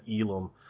Elam